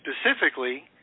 specifically